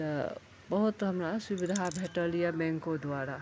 तऽ बहुत हमरा सुबिधा भेटल यए बैंको द्वारा